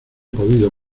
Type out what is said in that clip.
podido